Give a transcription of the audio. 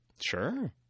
sure